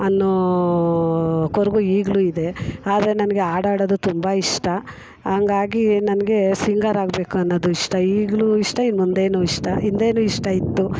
ಅನ್ನೋ ಕೊರಗು ಈಗಲೂ ಇದೆ ಆದರೆ ನನಗೆ ಹಾಡು ಹಾಡೋದು ತುಂಬ ಇಷ್ಟ ಹಂಗಾಗಿ ನನಗೆ ಸಿಂಗರ್ ಆಗಬೇಕು ಅನ್ನೋದು ಇಷ್ಟ ಈಗಲೂ ಇಷ್ಟ ಇನ್ನು ಮುಂದೆಯೂ ಇಷ್ಟ ಹಿಂದೆಯೂ ಇಷ್ಟ ಇತ್ತು